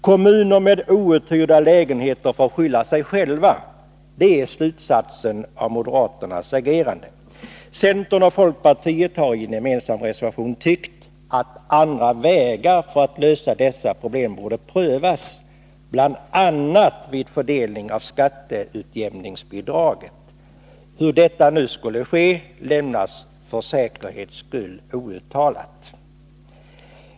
Kommuner med outhyrda lägenheter får skylla sig själva — det är slutsatsen av moderaternas argumenterande. Centern och folkpartiet hari en gemensam reservation tyckt att andra vägar för att lösa dessa problem borde prövas, bl.a. vid fördelning av skatteutjämningsbidraget. Hur detta skulle ske lämnas för säkerhets skull outtalat.